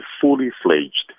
fully-fledged